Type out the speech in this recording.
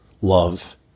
love